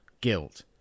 guilt